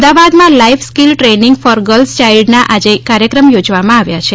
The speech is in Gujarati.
અમદાવાદમાં life skill training for girl child દ્વારા આજે કાર્યક્રમ યોજવામાં આવ્યા છે